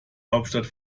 hauptstadt